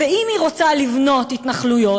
ואם היא רוצה לבנות התנחלויות,